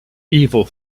evil